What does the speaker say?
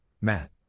Matt